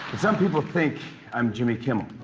some people think i'm jimmy kimmel.